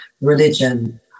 religion